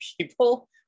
people